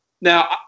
Now